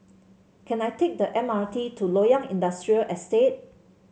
can I take the M R T to Loyang Industrial Estate